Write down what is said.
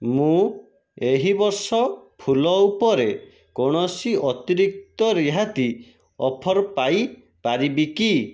ମୁଁ ଏହିବର୍ଷ ଫୁଲ ଉପରେ କୌଣସି ଅତିରିକ୍ତ ରିହାତି ଅଫର୍ ପାଇପାରିବି କି